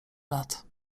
lat